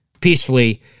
peacefully